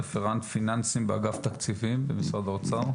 רפרנט פיננסים באגף תקציבים במשרד האוצר.